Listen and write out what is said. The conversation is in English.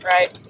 Right